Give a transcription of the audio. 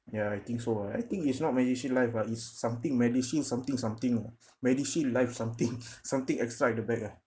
ya I think so ah I think is not medishield life ah is something medishield something something know medishield life something something extra at the back ah